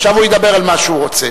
עכשיו הוא ידבר על מה שהוא רוצה.